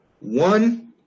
one